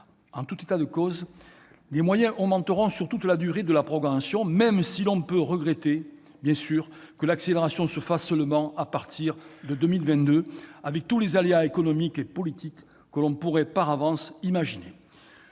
En tout état de cause, les moyens augmenteront sur toute la durée de la programmation, même si l'on peut regretter que l'accélération se fasse seulement à partir de 2022, avec tous les aléas économiques ou politiques que l'on pourrait par avance imaginer.